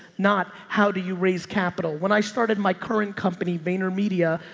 not how do you raise capital. when i started my current company, vayner media,